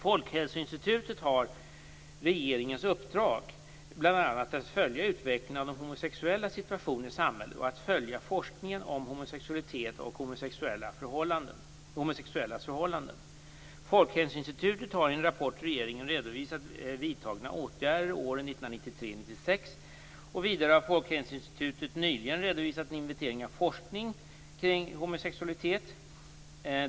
Folkhälsoinstitutet har regeringens uppdrag bl.a. att följa utvecklingen av de homosexuellas situation i samhället och att följa forskningen om homosexualitet och homosexuellas förhållanden. Folkhälsoinstitutet har i en rapport till regeringen redovisat vidtagna åtgärder åren 1993-1996. Vidare har Folkhälsoinstitutet nyligen redovisat en inventering av forskning kring homosexualitet .